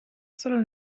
solo